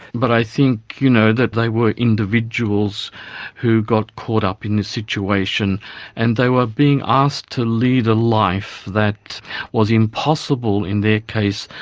but i think, you know, that they were individuals who got caught up in this situation and they were being asked to lead a life that was impossible, in their case,